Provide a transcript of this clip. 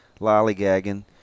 lollygagging